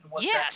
Yes